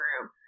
room